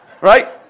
right